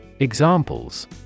Examples